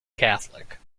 catholic